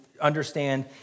understand